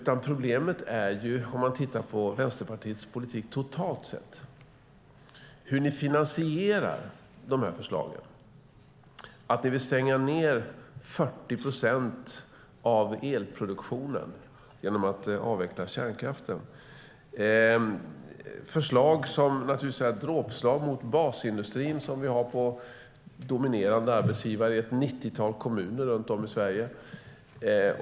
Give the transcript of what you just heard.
Problemet är, när man tittar på Vänsterpartiets politik totalt sett, hur ni finansierar de förslagen. Ni vill stänga ned 40 procent av elproduktionen genom att avveckla kärnkraften. Det är ett förslag som naturligtvis är ett dråpslag mot den basindustri som vi har som dominerande arbetsgivare i ett 90-tal kommuner runt om i Sverige.